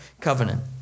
covenant